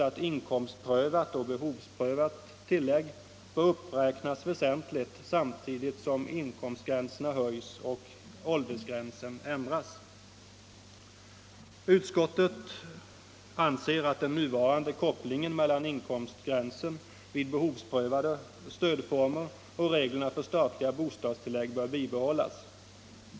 Utskottet anser att den nuvarande kopplingen mellan inkomstgränsen vid behovsprövade stödformer och reglerna för statliga bostadstillägg bör bibehållas.